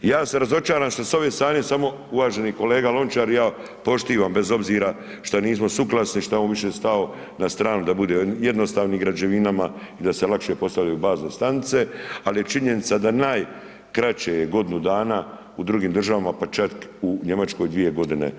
Ja sam razočaran što s ove strane, samo uvaženi kolega Lončar i ja, poštivam, bez obzira što nismo suglasni, što je on više stao na stranu da bude jednostavni građevinama i da se lakše postavljaju bazne stanice, ali je činjenica da najkraće godinu dana u drugim državama, pa čak u Njemačkoj 2 godine.